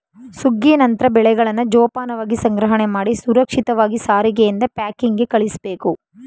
ಸುಗ್ಗಿ ನಂತ್ರ ಬೆಳೆಗಳನ್ನ ಜೋಪಾನವಾಗಿ ಸಂಗ್ರಹಣೆಮಾಡಿ ಸುರಕ್ಷಿತವಾಗಿ ಸಾರಿಗೆಯಿಂದ ಪ್ಯಾಕಿಂಗ್ಗೆ ಕಳುಸ್ಬೇಕು